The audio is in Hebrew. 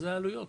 אלו העלויות.